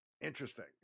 Interesting